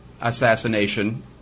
assassination